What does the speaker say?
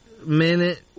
minute